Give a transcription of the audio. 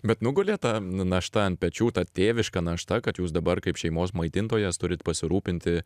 bet nugulė ta našta ant pečių ta tėviška našta kad jūs dabar kaip šeimos maitintojas turit pasirūpinti